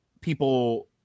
people